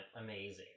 amazing